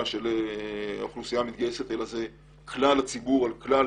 של האוכלוסייה המתגייסת אלא זה כלל הציבור על כלל